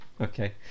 Okay